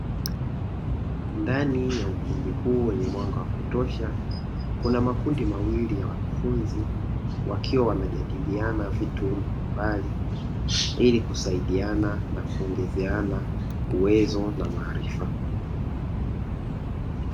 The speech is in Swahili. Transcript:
Ndani ya ukumbi huu wenye mwanga wa kutosha kuna makundi mawili ya wanafunzi wakiwa wanajadiliana vitu mbalimbali ili kusaidiana na kuongezeana uwezo na maarifa.